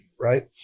right